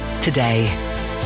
today